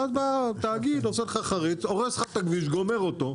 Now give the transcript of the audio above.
ואז בא התאגיד עושה לך חריץ הורס לך את הכביש גומר אותו,